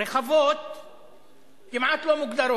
ו"חברות בארגון טרור"